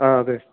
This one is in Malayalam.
ആ അതെ